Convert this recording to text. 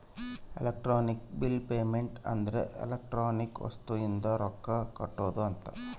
electronic bill payment ಅಂದ್ರ electronic ವಸ್ತು ಇಂದ ರೊಕ್ಕ ಕಟ್ಟೋದ ಅಂತ